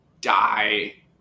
die